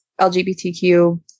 LGBTQ